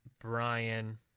Brian